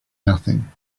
nothing